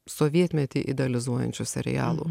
sovietmetį idealizuojančių serialų